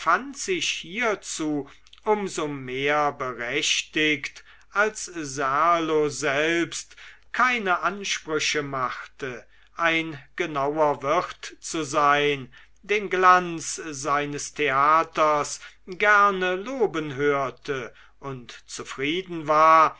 hierzu um so mehr berechtigt als serlo selbst keine ansprüche machte ein genauer wirt zu sein den glanz seines theaters gerne loben hörte und zufrieden war